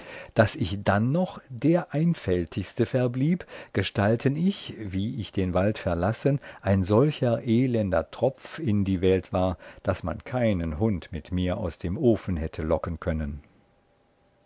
daß ich dannoch der einfältigste verblieb gestalten ich wie ich den wald verlassen ein solcher elender tropf in die welt war daß man keinen hund mit mir aus dem ofen hätte locken können